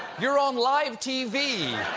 you're on live tv!